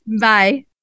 Bye